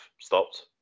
stopped